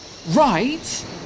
Right